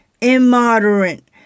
immoderate